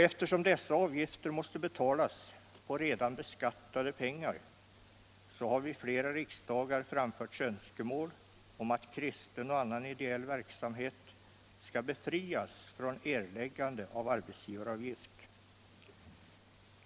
Eftersom dessa avgifter måste betalas på redan beskattade pengar så har vid flera riksdagar framförts önskemål om att kristen och annan ideell verksamhet skall befrias från erläggande av arbetsgivaravgift.